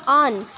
on